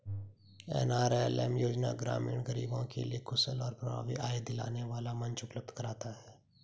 NRLM योजना ग्रामीण गरीबों के लिए कुशल और प्रभावी आय दिलाने वाला मंच उपलब्ध कराता है